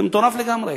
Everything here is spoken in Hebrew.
זה מטורף לגמרי.